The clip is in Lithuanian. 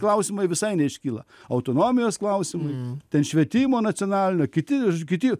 klausimai visai neiškyla autonomijos klausimai ten švietimo nacionalinio kiti žodžiu kiti